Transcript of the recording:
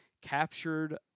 captured